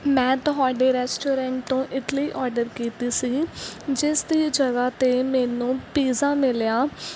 ਮੈਂ ਤੁਹਾਡੇ ਰੈਸਟੋਰੈਂਟ ਤੋਂ ਇਡਲੀ ਓਰਡਰ ਕੀਤੀ ਸੀ ਜਿਸ ਦੀ ਜਗ੍ਹਾ 'ਤੇ ਮੈਨੂੰ ਪੀਜ਼ਾ ਮਿਲਿਆ